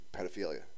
pedophilia